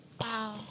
Wow